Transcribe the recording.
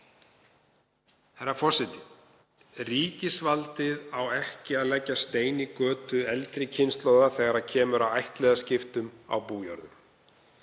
Herra forseti. Ríkisvaldið á ekki að leggja stein í götu eldri kynslóða þegar kemur að ættliðaskiptum á bújörðum,